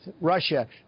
Russia